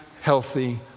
healthy